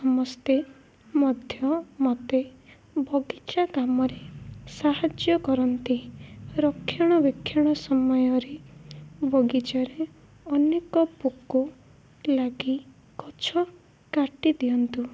ସମସ୍ତେ ମଧ୍ୟ ମୋତେ ବଗିଚା କାମରେ ସାହାଯ୍ୟ କରନ୍ତି ରକ୍ଷଣବେକ୍ଷଣ ସମୟରେ ବଗିଚାରେ ଅନେକ ପୋକ ଲାଗି ଗଛ କାଟିଦିଅନ୍ତି